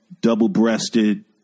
double-breasted